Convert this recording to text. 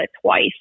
twice